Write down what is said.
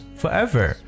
forever